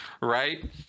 right